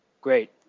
Great